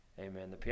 Amen